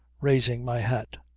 raising my hat.